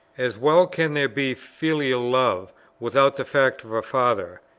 as well can there be filial love without the fact of a father,